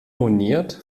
moniert